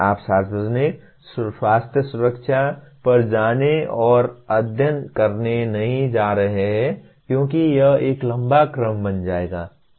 आप सार्वजनिक स्वास्थ्य सुरक्षा पर जाने और अध्ययन करने नहीं जा रहे हैं क्योंकि यह एक लंबा क्रम बन जाएगा